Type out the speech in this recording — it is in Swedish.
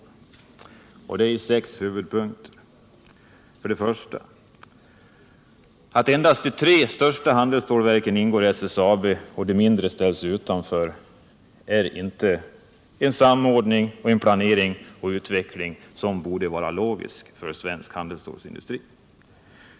Vår kritik kan sammanfattas i följande sex huvudpunkter. Att för det första endast de tre största handelsstålverken ingår i SSAB medan de mindre ställs utanför är inte den samordning, planering och utveckling som borde vara den logiska för svensk handelsstålsindustri.